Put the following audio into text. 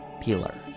Peeler